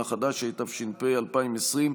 2020,